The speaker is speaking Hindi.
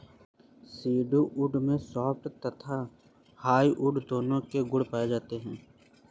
स्यूडो वुड में सॉफ्ट तथा हार्डवुड दोनों के गुण पाए जाते हैं